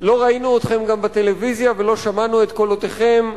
לא ראינו אתכם גם בטלוויזיה ולא שמענו את קולותיכם,